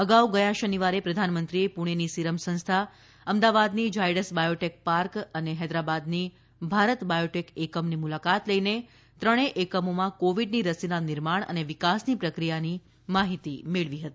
અગાઉ ગયા શનિવારે પ્રધાનમંત્રીએ પુણેની સિરમ સંસ્થા અમદાવાદની ઝાયડસ બાયોટેક પાર્ક અને હૈદરાબાદની ભારત બાયોટેક એકમની મુલાકાત લઈને ત્રણેય એકમોમાં કોવિડની રસીના નિર્માણ અને વિકાસની પ્રક્રિયાની માહિતી મેળવી હતી